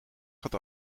gaat